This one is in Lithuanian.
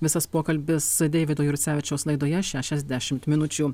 visas pokalbis deivido jursevičiaus laidoje šešiasdešim minučių